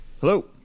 Hello